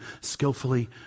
skillfully